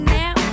now